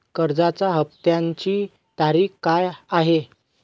कर्जाचा हफ्त्याची तारीख काय आहे?